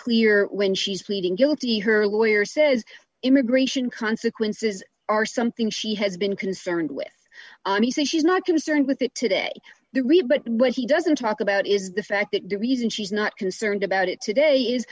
clear when she's pleading guilty her lawyer says immigration consequences are something she has been concerned with and he says she's not concerned with it today the rebut what he doesn't talk about is the fact that the reason she's not concerned about it today is